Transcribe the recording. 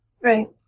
right